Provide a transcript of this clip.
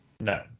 No